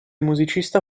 musicista